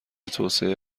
توسعه